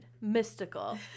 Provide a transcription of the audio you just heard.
Mystical